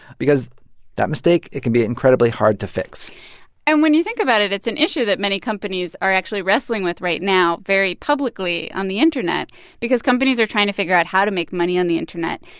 because that mistake it can be incredibly hard to fix and when you think about it, it's an issue that many companies are actually wrestling with right now very publicly on the internet because companies are trying to figure out how to make money on the internet.